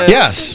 yes